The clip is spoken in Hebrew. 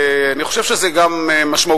אני חושב שזה גם משמעותי,